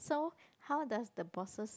so how does the bosses